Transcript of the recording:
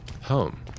Home